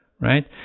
right